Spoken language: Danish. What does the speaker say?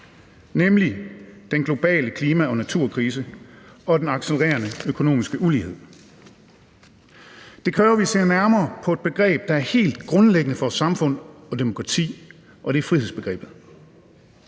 nemlig den globale klima- og naturkrise og den accelererende økonomiske ulighed. Det kræver, at vi ser nærmere på et begreb, der er helt grundlæggende for et samfund og et demokrati, og det er frihedsbegrebet.